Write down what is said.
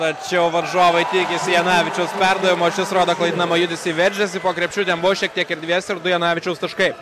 tačiau varžovai tikisi janavičiaus perdavimo šis rodo klaidinamą judesį veržiasi po krepšiu ten buvo šiek tiek erdvės ir du janavičiaus taškai